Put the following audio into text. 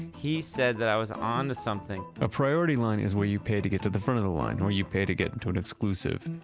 he said that i was onto something a priority line is where you pay to get to the front of the line or you pay to get into an exclusive,